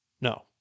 No